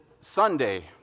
Sunday